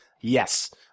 Yes